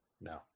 No